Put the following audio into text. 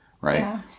right